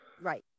Right